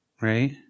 Right